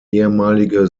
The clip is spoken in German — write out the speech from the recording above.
ehemalige